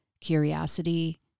curiosity